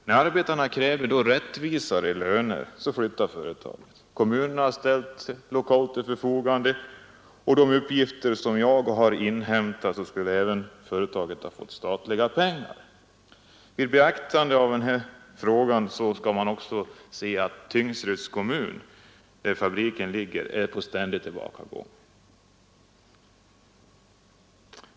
När arbetarna kräver rättvisare löner, flyttar företaget. Kommunen har ställt lokal till förfogande, och enligt de uppgifter som jag har inhämtat skulle företaget även ha fått statliga pengar. Det skall också beaktas att Tingsryds kommun, där fabriken ligger, är på ständig tillbakagång.